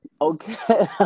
okay